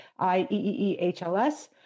IEEEHLS